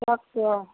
अच्छा